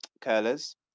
curlers